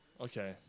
Okay